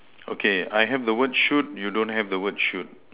okay I have the word shoot you don't have the word shoot